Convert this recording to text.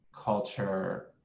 culture